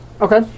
Okay